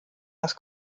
das